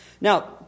now